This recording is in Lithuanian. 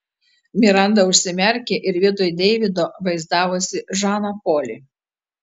miranda užsimerkė ir vietoj deivido vaizdavosi žaną polį